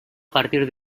partir